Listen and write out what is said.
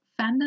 fandom